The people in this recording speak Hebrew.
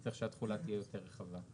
צריך שהתחולה תהיה יותר רחבה.